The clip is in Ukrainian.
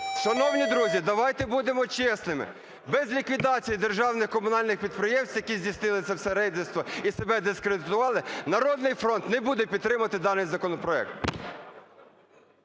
Шановні друзі, давайте будемо чесними, без ліквідації державних комунальних підприємств, які здійснили це все рейдерство і себе дискредитували, "Народний фронт" не буде підтримувати даний законопроект.